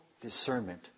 discernment